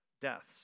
deaths